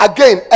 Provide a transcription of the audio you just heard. Again